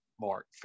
Mark